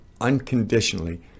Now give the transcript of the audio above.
unconditionally